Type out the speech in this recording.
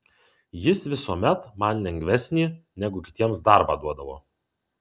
jis visuomet man lengvesnį negu kitiems darbą duodavo